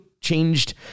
changed